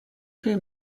crew